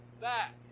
back